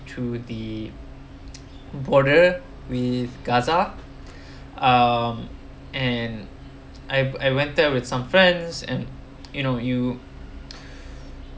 to the border with gaza um and I I went there with some friends and you know you